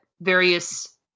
various